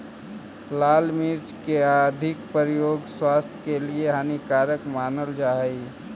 लाल मिर्च के अधिक प्रयोग स्वास्थ्य के लिए हानिकारक मानल जा हइ